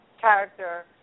character